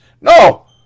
No